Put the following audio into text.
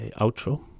outro